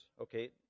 Okay